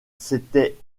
s’était